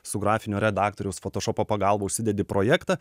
su grafinio redaktoriaus fotošopo pagalba užsidedi projektą